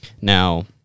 Now